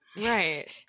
right